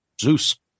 Zeus